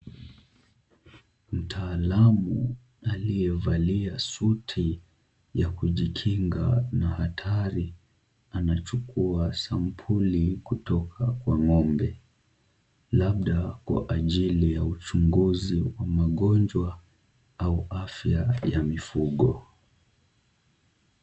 Mtaalamu aliyevalia suti ya kujikinga na hatari anachukua sampuli kutoka kwa ngombe labda kwa ajili ya uchunguzi wa magonjwa au afya ya mifugo.